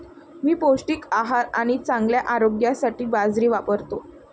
मी पौष्टिक आहार आणि चांगल्या आरोग्यासाठी बाजरी वापरतो